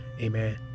Amen